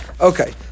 Okay